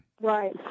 Right